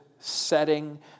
Setting